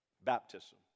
baptism